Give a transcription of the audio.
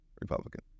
Republican